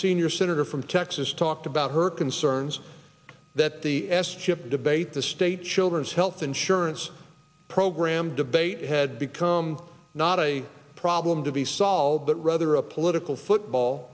senior senator from texas talked about her concerns that the s chip debate the state children's health insurance program debate had become not a problem to be solved but rather a political football